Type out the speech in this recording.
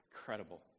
Incredible